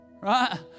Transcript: right